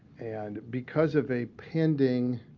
and because of a pending